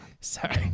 sorry